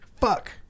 Fuck